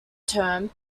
term